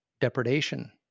depredation